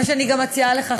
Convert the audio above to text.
מה שאני גם מציעה לך,